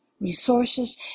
resources